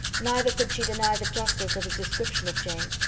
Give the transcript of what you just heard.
neither could she deny the justice of his description of jane.